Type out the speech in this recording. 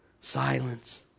Silence